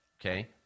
okay